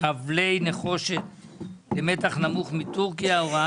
היצף על יבוא של כבלי נחושת למתח נמוך מטורקיה) (הוראת